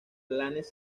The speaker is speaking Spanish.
planes